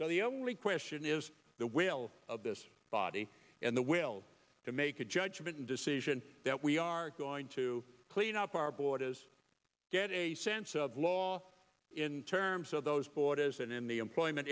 so the only question is the will of this body and the will to make a judgment decision that we are going to clean up our borders get a sense of law in terms of those borders and in the employment